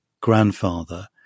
grandfather